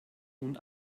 nun